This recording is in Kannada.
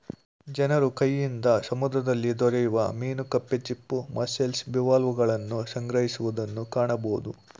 ಜನರು ಕೈಯಿಂದ ಸಮುದ್ರದಲ್ಲಿ ದೊರೆಯುವ ಮೀನು ಕಪ್ಪೆ ಚಿಪ್ಪು, ಮಸ್ಸೆಲ್ಸ್, ಬಿವಾಲ್ವಗಳನ್ನು ಸಂಗ್ರಹಿಸುವುದನ್ನು ಕಾಣಬೋದು